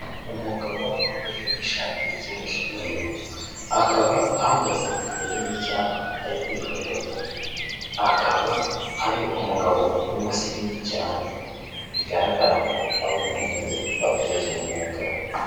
Umugabo wambaye ishati ijya gusa umweru, akaba ahagaze imbere y'icyapa ari kwifotoza, akaba ari umugabo w'umusirimu cyane, bigaragara ko ari umuhinzi wabigize umwuga.